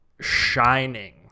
shining